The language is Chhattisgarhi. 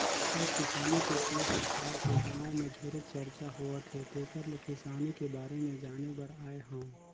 तोर किसानी के तीर तखार के गांव में ढेरे चरचा होवथे तेकर ले किसानी के बारे में जाने बर आये हंव